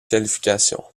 qualification